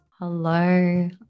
Hello